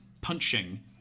punching